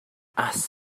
ask